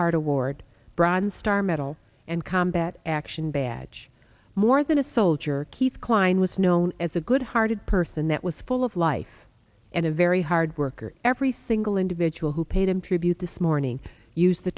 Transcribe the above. heart award bronze star medal and combat action badge more than a soldier keith kline was known as a good hearted person that was full of life and a very hard worker every single individual who paid him tribute this morning used the